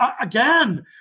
Again